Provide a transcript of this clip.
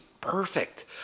perfect